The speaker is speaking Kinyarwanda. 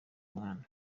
mwana